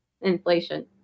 Inflation